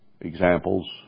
examples